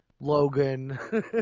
Logan